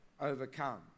overcome